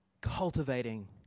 cultivating